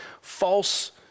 false